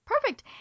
perfect